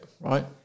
Right